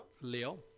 Leo